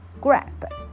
grab